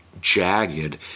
jagged